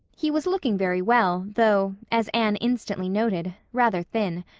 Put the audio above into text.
he was looking very well, though, as anne instantly noted, rather thin.